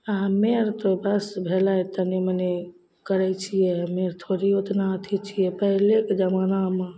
आओर हम्मे अर तऽ बस भेलय तनी मनी करय छियै हम्मे अर थोड़े ओतना अथी छियै पहिलेके जमानामे